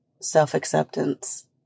self-acceptance